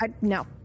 No